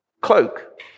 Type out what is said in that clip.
cloak